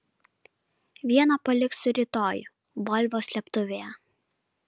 vieną paliksiu rytoj volvo slėptuvėje